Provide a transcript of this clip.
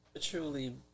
truly